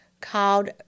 called